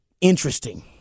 interesting